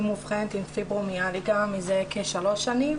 אני מאובחנת עם פיברומיאלגיה מזה כשלוש שנים,